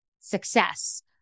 success